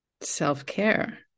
self-care